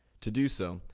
to do so,